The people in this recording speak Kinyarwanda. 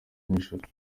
nijoro